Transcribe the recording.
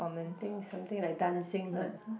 I think something like dancing [huh]